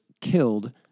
killed